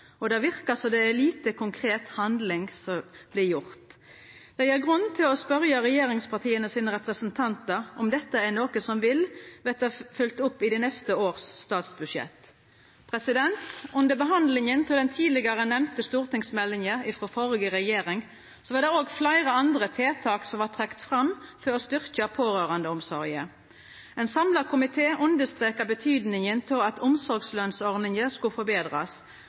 og det verkar som det er lite konkret handling som vert gjort. Det gjev grunn til å spørja regjeringspartias representantar om dette er noko som vil verta følgt opp i neste års statsbudsjett. Under behandlinga av den tidlegare nemnde stortingsmeldinga frå førre regjering var det òg fleire andre tiltak som vart trekte fram for å styrkja pårørandeomsorga. Ein samla komité understreka betydinga av at omsorgslønsordninga skulle